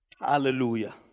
Hallelujah